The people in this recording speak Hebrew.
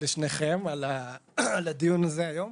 לשניכם על הדיון הזה היום.